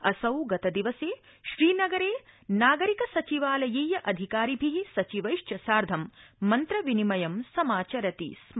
असौ गतदिवसे श्रीनगरे नागरिक सचिवालयीय अधिकारिभि सचिवैश्च सार्धं मन्त्र विनिमयं समाचरति स्म